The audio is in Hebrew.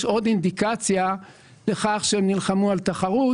יש עוד אינדיקציה לכך שהם נלחמו על תחרות